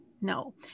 No